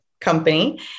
company